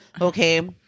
okay